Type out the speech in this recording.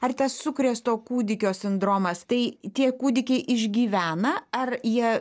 ar tas sukrėsto kūdikio sindromas tai tie kūdikiai išgyvena ar jie